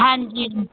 ਹਾਂਜੀ ਜੀ